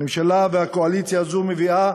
הממשלה והקואליציה הזו מביאות